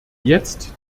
jetzt